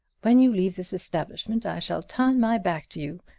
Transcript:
when you leave this establishment i shall turn my back to you.